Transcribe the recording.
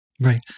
right